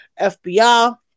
FBI